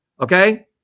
Okay